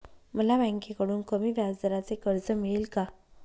मला बँकेकडून कमी व्याजदराचे कर्ज मिळेल का?